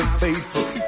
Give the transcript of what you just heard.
faithful